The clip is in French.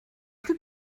plus